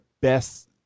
best